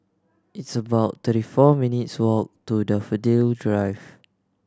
it's about thirty four minutes' walk to Daffodil Drive